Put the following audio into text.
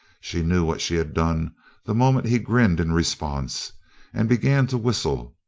she knew what she had done the moment he grinned in response and began to whistle,